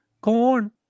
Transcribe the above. Corn